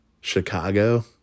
chicago